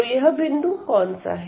तो यह बिंदु कौन सा है